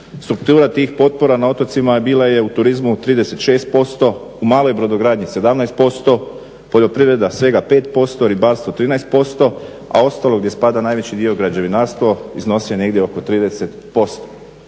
Struktura tih potpora na otocima bila je u turizmu 36%, u maloj brodogradnji 17%, poljoprivreda svega 5%, ribarstvo 13%, a ostalo gdje spada najveći dio građevinarstvo iznosio je negdje oko 30%.